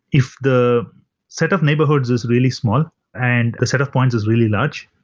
if the set of neighborhoods is really small and the set of points is really large,